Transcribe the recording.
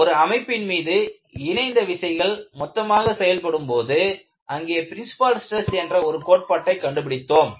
ஒரு அமைப்பின் மீது இணைந்த விசைகள் மொத்தமாக செயல்படும்போது அங்கே பிரின்ஸ்பால் ஸ்டிரஸ் என்ற ஒரு கோட்பாட்டை கண்டுபிடித்தோம்